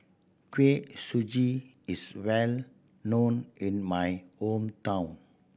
Kuih Suji is well known in my hometown